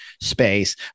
space